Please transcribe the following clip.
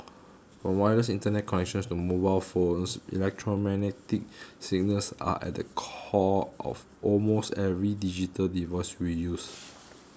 from wireless Internet connections to mobile phones electromagnetic signals are at the core of almost every digital device we use